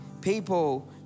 people